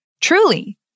Truly